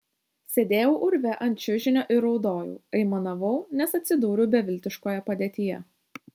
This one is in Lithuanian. sėdėjau urve ant čiužinio ir raudojau aimanavau nes atsidūriau beviltiškoje padėtyje